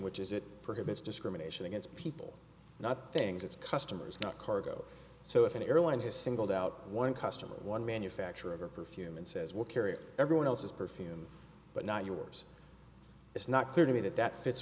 which is it prohibits discrimination against people not things its customers not cargo so if an airline has singled out one customer one manufacturer of a perfume and says we're carrying everyone else's perfume but not yours it's not clear to me that that fits